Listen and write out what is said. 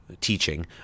teaching